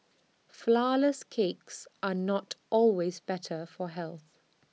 Flourless Cakes are not always better for health